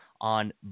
on